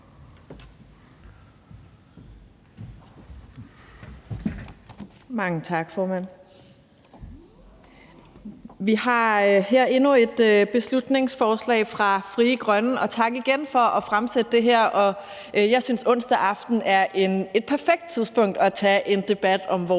Mange tak, formand. Vi har her et beslutningsforslag fra Frie Grønne, og tak igen for at fremsætte det her. Jeg synes, at onsdag aften er et perfekt tidspunkt at tage en debat om vores demokrati